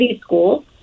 school